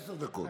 עשר דקות.